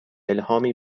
الهامی